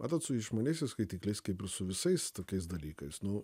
matot su išmaniaisiais skaitikliais kaip ir su visais tokiais dalykais nu